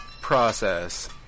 process